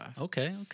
Okay